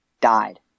died